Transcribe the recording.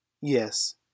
Yes